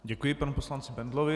Děkuji panu poslanci Bendlovi.